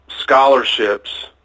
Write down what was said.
scholarships